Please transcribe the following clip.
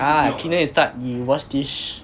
ah cleaner you start 你 wash dish